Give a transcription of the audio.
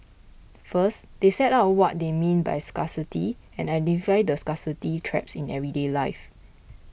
first they set out what they mean by scarcity and identify the scarcity traps in everyday life